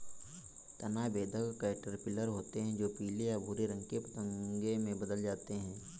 तना बेधक कैटरपिलर होते हैं जो पीले या भूरे रंग के पतंगे में बदल जाते हैं